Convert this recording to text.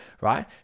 right